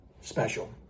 special